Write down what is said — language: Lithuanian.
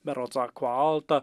berods apkalta